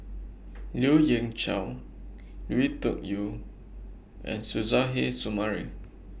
Lien Ying Chow Lui Tuck Yew and Suzairhe Sumari